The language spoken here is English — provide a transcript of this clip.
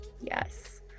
yes